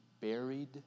buried